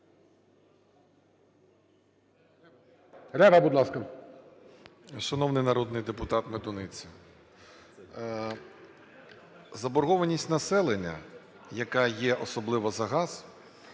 Рева, будь ласка.